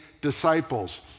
disciples